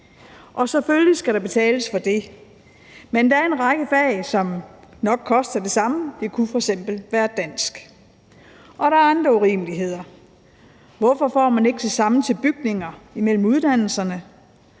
Selvfølgelig skal der betales for det. Men der er en række fag, som nok koster det samme; det kunne f.eks. være dansk. Og der er andre urimeligheder. Hvorfor får uddannelserne